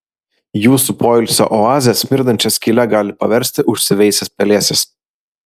jūsų poilsio oazę smirdančia skyle gali paversti užsiveisęs pelėsis